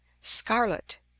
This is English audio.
scarlet